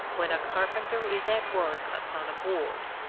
when a carpenter is at work upon a board,